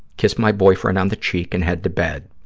kiss my boyfriend on the cheek and head to bed.